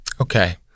Okay